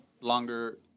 longer